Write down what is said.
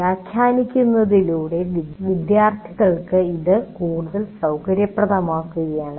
വ്യാഖ്യാനിക്കുന്നതിലൂടെ വിദ്യാർത്ഥിക്ക് ഇത് കൂടുതൽ സൌകര്യപ്രദമാക്കുകയാണ്